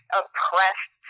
oppressed